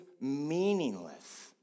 meaningless